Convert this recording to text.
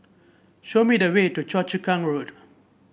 show me the way to Choa Chu Kang Road